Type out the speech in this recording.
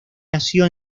nació